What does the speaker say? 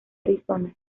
arizona